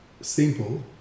simple